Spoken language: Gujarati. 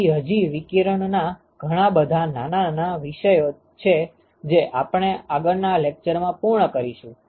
તેથી હજી વિકિરણના ઘણા બધા નાના નાના વિષયો છે જે આપણે આગળના લેકચરમાં પૂર્ણ કરીશું